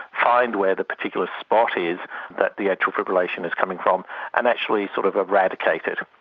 find where the particular spot is that the atrial fibrillation is coming from and actually sort of eradicate it.